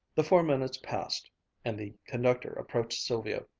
the four minutes passed and the conductor approached sylvia.